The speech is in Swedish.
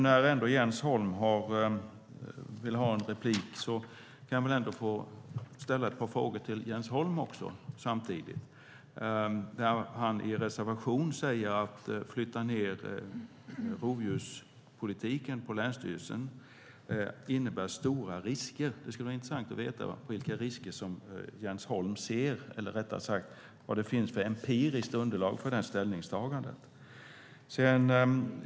När Jens Holm nu vill replikera ska jag ställa ett par frågor till honom också. I en reservation säger han att det innebär stora risker att flytta ned rovdjurspolitiken till länsstyrelsen. Det skulle vara intressant att veta vilka risker som Jens Holm ser, eller rättare sagt vad det finns för empiriskt underlag för detta ställningstagande.